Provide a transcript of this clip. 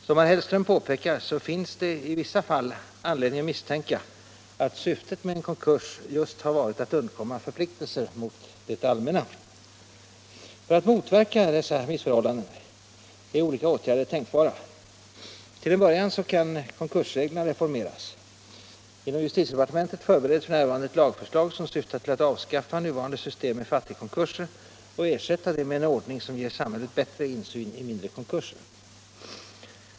Som herr Hellström påpekar finns det i vissa fall anledning misstänka att syftet med en konkurs just har varit att undkomma förpliktelser mot det allmänna. För att motverka dessa missförhållanden är olika åtgärder tänkbara. Till en början kan konkursreglerna reformeras. Inom justitiedepartementet förbereds f.n. ett lagförslag som syftar till att avskaffa nuvarande system med fattigkonkurser och ersätta det med en ordning som ger samhället bättre insyn i mindre konkurser.